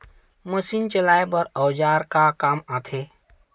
Machine चलाए बर औजार का काम आथे?